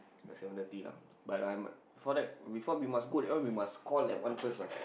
seven thirty lah but I'm before that before we go that one we must call that one first lah